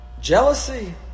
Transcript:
Jealousy